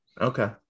Okay